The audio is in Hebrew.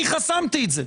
מתנצל שאמרתי את זה.